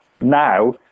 now